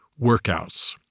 workouts